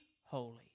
holy